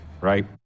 right